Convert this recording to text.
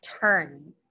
Turn